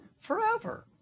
forever